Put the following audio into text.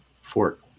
fort